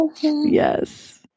Yes